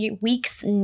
week's